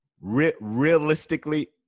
realistically